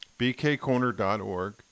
BKcorner.org